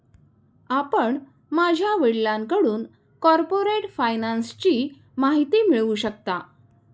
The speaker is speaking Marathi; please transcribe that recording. आपण माझ्या वडिलांकडून कॉर्पोरेट फायनान्सची माहिती मिळवू शकता